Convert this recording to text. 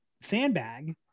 sandbag